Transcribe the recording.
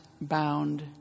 bound